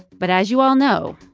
but as you all know,